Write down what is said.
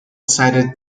cited